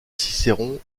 cicéron